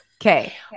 Okay